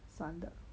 散的